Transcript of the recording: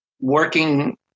working